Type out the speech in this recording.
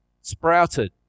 sprouted